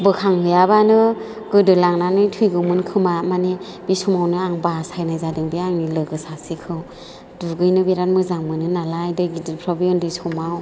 बोखांहैयाबानो गोदोलांनानै थैगौमोन खोमा माने बे समावनो आं बासायनाय जादों बे आंनि लोगो सासेखौ दुगैनो बेराद मोजां मोनो नालाय दै गिदिरफ्राव बे उन्दै समाव